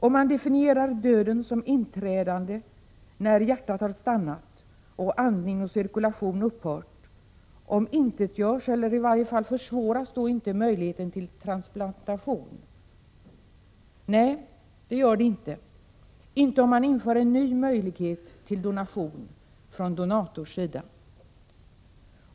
Om man definierar döden som inträdandet när hjärtat har stannat och andning och cirkulation har upphört, omintetgörs — eller i varje fall försvåras — då inte möjligheten till transplantation? Nej, inte om man inför en ny möjlighet till donation från donatorns sida.